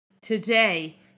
today